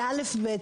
זה בסיסי.